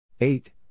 Eight